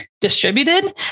distributed